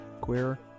queer